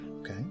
Okay